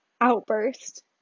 outburst